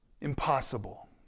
Impossible